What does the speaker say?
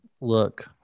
look